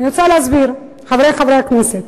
אני רוצה להסביר, חברי חברי הכנסת.